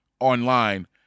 online